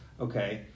Okay